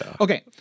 Okay